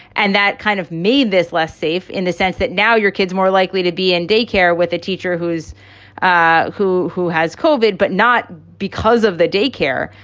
and that kind of made this less safe in the sense that now your kids more likely to be in daycare with a teacher who's ah who. who has covered but not because of the daycare,